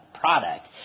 product